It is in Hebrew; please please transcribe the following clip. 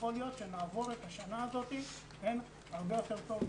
יכול להיות שנעבור את השנה הזאת הרבה יותר טוב.